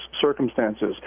circumstances